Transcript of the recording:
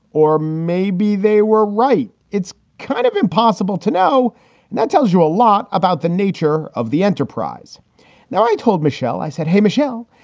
or maybe they were right. it's kind of impossible to know. and that tells you a lot about the nature of the enterprise now. i told michelle, i said, hey, michelle,